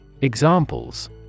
Examples